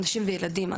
נשים וילדים,